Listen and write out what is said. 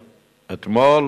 אתמול,